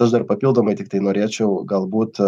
aš dar papildomai tiktai norėčiau galbūt